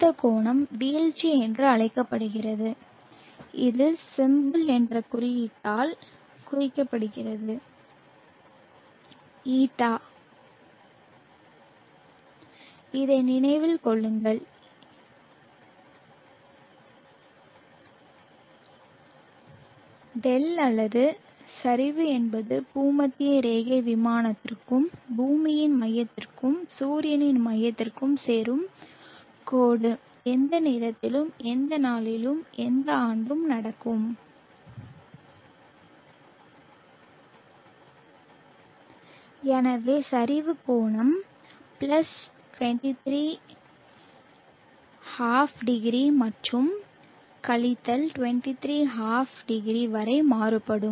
இந்த கோணம் வீழ்ச்சி என்று அழைக்கப்படுகிறது இது symbol என்ற குறியீட்டால் குறிக்கப்படுகிறது this இதை நினைவில் கொள்ளுங்கள் δ அல்லது சரிவு என்பது பூமத்திய ரேகை விமானத்திற்கும் பூமியின் மையத்திற்கும் சூரியனின் மையத்திற்கும் சேரும் கோடு எந்த நேரத்திலும் எந்த நாளிலும் எந்த ஆண்டும் நடக்கும் எனவே சரிவு கோணம் பிளஸ் 23 ½ 0 முதல் கழித்தல் 23 ½ 0 வரை மாறுபடும்